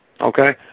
Okay